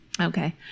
Okay